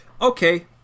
okay